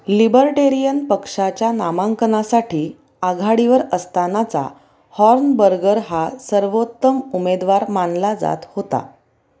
libertarian पक्षाच्या नामांकनासाठी आघाडीवर असतानाचा हॉर्नबर्गर हा सर्वोत्तम उमेदवार मानला जात होता